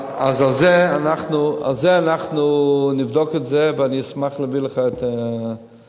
אז אנחנו נבדוק את זה ואני אשמח להביא לך את הממצאים.